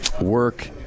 work